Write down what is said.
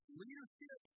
leadership